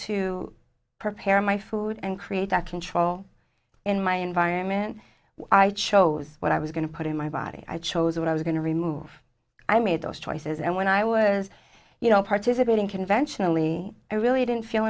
to prepare my food and create a control in my environment i chose what i was going to put in my body i chose when i was going to remove i made those choices and when i was you know participating conventionally i really didn't feel